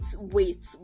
wait